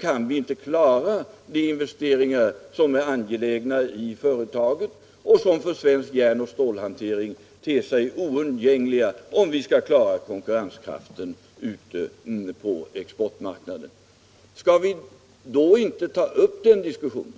kan vi inte klara de investeringar som är angelägna i företagen och som för svensk järnoch stålhantering ter sig som oundgängligen nödvändiga om vi skall klara konkurrensen på exportmarknaden”. Skall vi då inte ta upp den diskussionen?